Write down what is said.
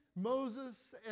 Moses